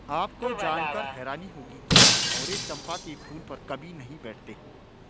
आपको जानकर हैरानी होगी कि भंवरे चंपा के फूल पर कभी नहीं बैठते